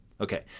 Okay